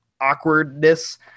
awkwardness